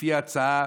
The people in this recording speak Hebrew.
לפי ההצעה,